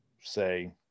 say